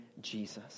Jesus